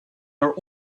are